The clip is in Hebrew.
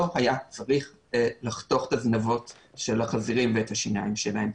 לא היה צריך לחתוך את הזנבות של החזירים ואת השיניים שלהם.